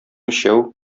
өчәү